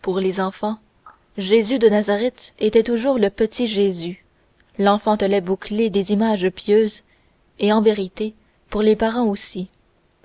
pour les enfants jésus de nazareth était toujours le petit jésus l'enfantelet bouclé des images pieuses et en vérité pour les parents aussi